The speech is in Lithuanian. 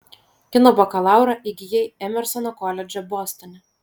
kino bakalaurą įgijai emersono koledže bostone